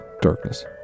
Darkness